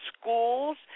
schools